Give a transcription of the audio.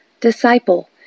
Disciple